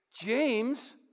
James